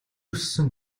өссөн